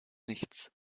nichts